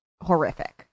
horrific